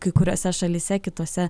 kai kuriose šalyse kitose